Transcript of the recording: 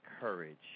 courage